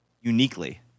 uniquely